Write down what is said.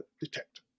detect